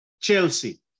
Chelsea